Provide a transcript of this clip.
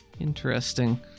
Interesting